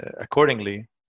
accordingly